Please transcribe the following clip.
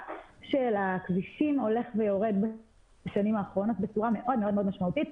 של הכבישים הולך ויורד בשנים האחרונות בצורה מאוד משמעותית.